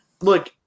look